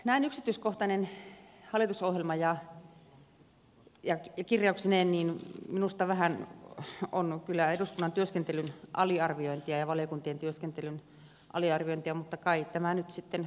näin yksityiskohtainen hallitusohjelma kirjauksineen minusta vähän on kyllä eduskunnan työskentelyn aliarviointia ja valiokuntien työskentelyn aliarviointia mutta kai tämä maailma nyt sitten näin on